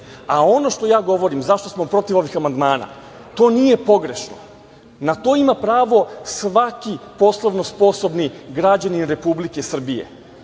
a ono što ja govorim, zašto smo protiv ovih amandmana, to nije pogrešno, na to ima pravo svaki poslovno sposobni građanin Republike Srbije. Zato